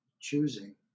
choosing